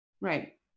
Right